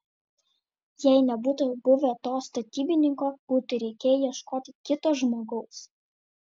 jei nebūtų buvę to statybininko būtų reikėję ieškoti kito žmogaus